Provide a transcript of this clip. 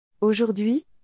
Aujourd'hui